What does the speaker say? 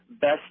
best